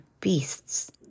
beasts